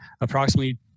approximately